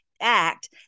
act